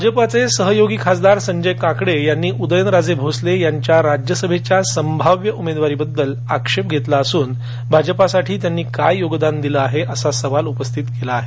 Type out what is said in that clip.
भाजपचे सहयोगी खासदार संजय काकडे यांनी उदयनराजे भोसले यांच्या राज्यसभेसाठीच्या संभाव्य उमेदवारीबद्दल आक्षेप घेतला असून त्यांचे भाजपसाठी योगदान काय असा सवाल उपस्थित केला आहे